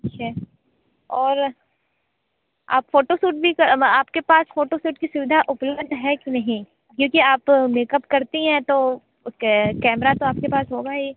ठीक है और आप फोटोशूट भी आपके पास फोटोशूट की सुविधा उपलध है की नहीं क्योंकि आप मेकअप करती हैं तो उसके लिए कैमरा तो आपके पास होगा ही